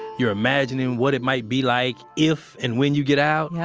you're imagining what it might be like if and when you get out. yeah